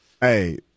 Hey